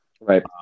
Right